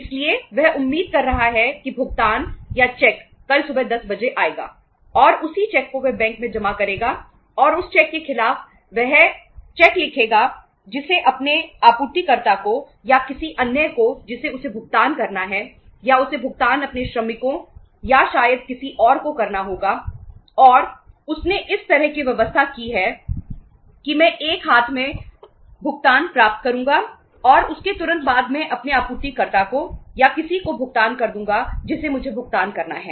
इसलिए वह उम्मीद कर रहा है कि भुगतान या चेक कल सुबह 10 बजे आएगा और उसी चेक को वह बैंक में जमा करेगा और उस चेक के खिलाफ वह चेक लिखेगा जिसे अपने आपूर्तिकर्ता को या किसी अन्य को जिसे उसे भुगतान करना है या उसे भुगतान अपने श्रमिकों या शायद किसी और को करना होगा और उसने इस तरह की व्यवस्था की है कि मैं एक हाथ में भुगतान प्राप्त करूंगा और उसके तुरंत बाद मैं अपने आपूर्तिकर्ता को या किसी को भुगतान कर दूंगा जिसे मुझे भुगतान करना है